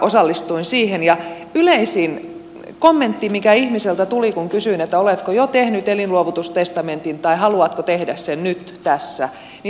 osallistuin siihen ja yleisin kommentti mikä ihmiseltä tuli kun kysyin oletko jo tehnyt elinluovutustestamentin tai haluatko tehdä sen nyt tässä oli